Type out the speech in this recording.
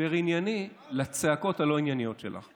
הסבר ענייני לצעקות הלא-ענייניות שלך,